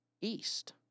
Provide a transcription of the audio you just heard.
East